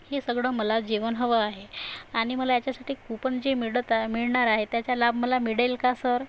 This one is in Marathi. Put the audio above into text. हे सगळं मला जेवण हवं आहे आणि मला याच्यासाठी कुपन जे मिळत आ मिळणार आहे त्याचा लाभ मला मिळेल का सर